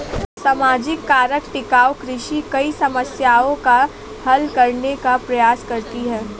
सामाजिक कारक टिकाऊ कृषि कई समस्याओं को हल करने का प्रयास करती है